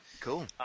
Cool